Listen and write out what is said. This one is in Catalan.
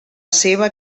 seva